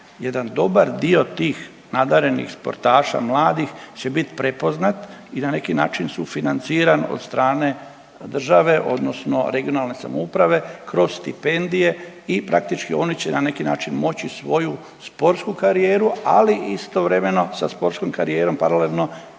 jedan dobar dio tih nadarenih sportaša mladih će biti prepoznat i na neki način sufinanciran od strane države odnosno regionalne samouprave kroz stipendije i praktički oni će na neki način moći svoju sportsku karijeru, ali istovremeno, sa sportskom karijerom paralelno